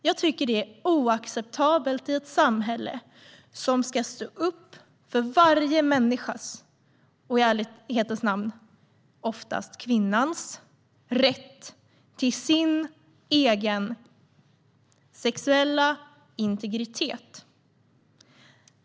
Jag tycker att det är oacceptabelt i ett samhälle som ska stå upp för varje människas - och i ärlighetens namn oftast kvinnans - rätt till sin egen sexuella integritet.